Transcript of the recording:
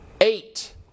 Eight